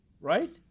Right